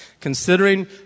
considering